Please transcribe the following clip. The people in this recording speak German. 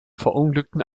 verunglückten